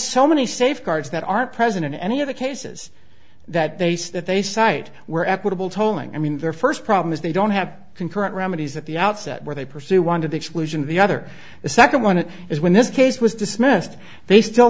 so many safeguards that aren't present in any of the cases that they say that they cite were equitable tolling i mean their first problem is they don't have concurrent remedies at the outset where they pursue one to the exclusion of the other the second one is when this case was dismissed they still